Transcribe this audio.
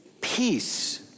peace